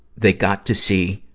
they got to see